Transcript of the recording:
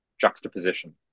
juxtaposition